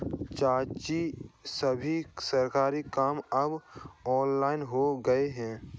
चाचाजी, सभी सरकारी काम अब ऑनलाइन हो गया है